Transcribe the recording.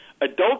Adults